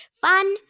Fun